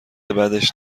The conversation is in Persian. بدش